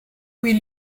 will